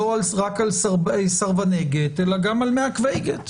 לא רק על סרבני גט אלא גם על מעכבי גט.